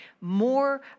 more